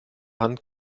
hand